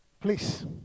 Please